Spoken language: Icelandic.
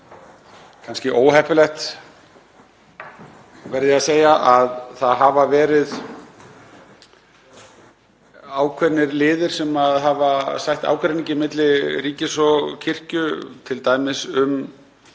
kannski óheppilegt, verð ég að segja, að það hafa verið ákveðnir liðir sem hafa sætt ágreiningi milli ríkis og kirkju, t.d. um